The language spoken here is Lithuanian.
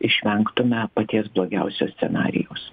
išvengtume paties blogiausio scenarijaus